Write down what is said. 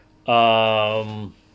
um